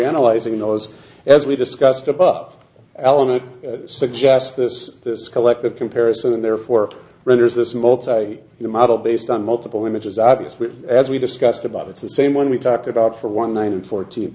analyzing those as we discussed above element suggest this this collective comparison and therefore renders this multi day model based on multiple images obviously as we discussed above it's the same one we talked about for one nine and fourteen